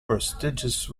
prestigious